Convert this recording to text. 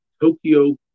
Tokyo